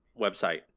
website